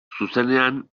zuzenean